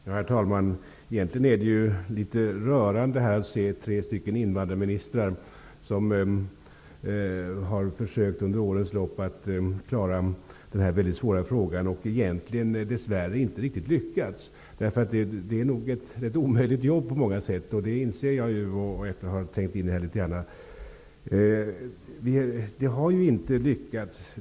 Herr talman! Det är litet rörande att se tre invandrarministrar som har försökt att under årens lopp klara denna väldigt svåra fråga och egentligen dess värre inte riktigt lyckats. Det är nog ett omöjligt jobb på många sätt. Det inser jag efter att ha trängt in i frågan.